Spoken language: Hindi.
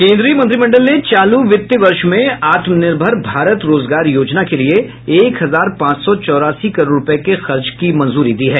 केंद्रीय मंत्रिमंडल ने चालू वित्त वर्ष में आत्मनिर्भर भारत रोजगार योजना के लिए एक हजार पांच सौ चौरासी करोड़ रुपये के खर्च की मंजूरी दी है